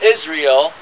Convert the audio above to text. Israel